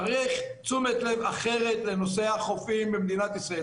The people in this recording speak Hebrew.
צריך תשומת לב אחרת לנושא החופים במדינת ישראל,